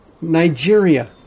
Nigeria